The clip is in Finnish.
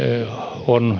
on